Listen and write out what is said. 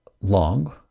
long